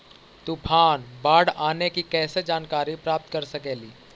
तूफान, बाढ़ आने की कैसे जानकारी प्राप्त कर सकेली?